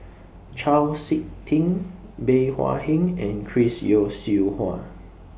Chau Sik Ting Bey Hua Heng and Chris Yeo Siew Hua